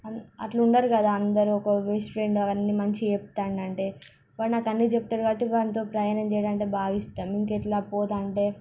అట్లా ఉండరు కదా అందరూ ఒక బెస్ట్ ఫ్రెండ్ అవన్నీ మంచిగా చెప్తాండు అంటే వాడు నాకు అన్ని చెబుతాడు కాబట్టి వానితో ప్రయాణం చేయడం అంటే నాకు బాగా ఇష్టం ఇంకెట్లా పోతుంటే